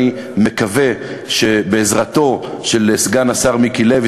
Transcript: אני מקווה שבעזרתו של סגן השר מיקי לוי,